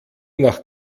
nach